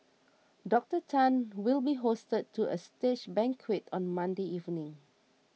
Doctor Tan will be hosted to a state banquet on Monday evening